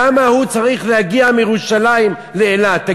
למה הוא צריך להגיע מירושלים לאילת?